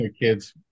kids